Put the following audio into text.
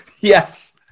Yes